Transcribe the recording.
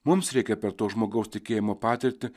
mums reikia per to žmogaus tikėjimo patirtį